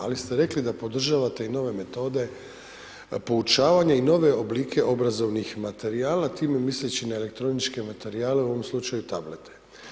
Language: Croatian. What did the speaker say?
Ali ste rekli da podržavate i nove metode poučavanja i nove oblike obrazovnih materijala time misleći na elektroničke materijale, u ovom slučaju tablete.